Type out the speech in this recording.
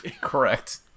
Correct